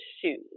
shoes